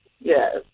Yes